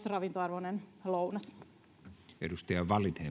ravintoarvon lounas arvoisa